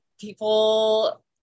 people